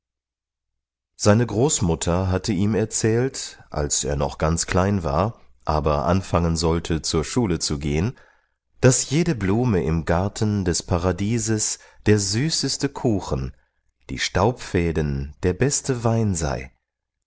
seine großmutter hatte ihm erzählt als er noch ganz klein war aber anfangen sollte zur schule zu gehen daß jede blume im garten des paradieses der süßeste kuchen die staubfäden der beste wein sei